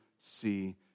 see